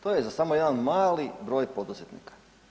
To je za samo jedan mali broj poduzetnika.